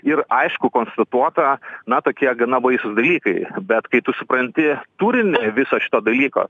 ir aišku konstatuota na tokie gana baisūs dalykai bet kai tu supranti turinį viso šito dalyko